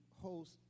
host